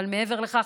אבל מעבר לכך,